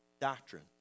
doctrine